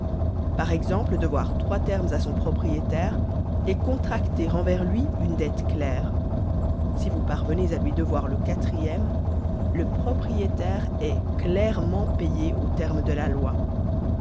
par exemple devoir trois termes à son propriétaire est contracter envers lui une dette claire si vous parvenez à lui devoir le quatrième le propriétaire est clairement payé aux termes de la loi